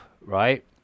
right